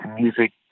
music